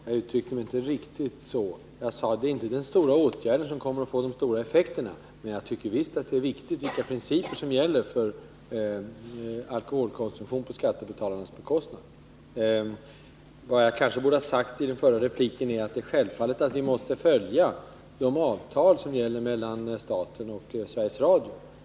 Herr talman! Jag uttryckte mig inte riktigt så. Jag sade att det inte är den stora åtgärden som kommer att få de stora effekterna. Men jag tycker visst att det är viktigt vilka principer som skall gälla för alkoholkonsumtion på skattebetalarnas bekostnad. Jag borde kanske ha sagt i den förra repliken att vi självklart måste följa de avtal som gäller mellan staten och Sveriges Radio.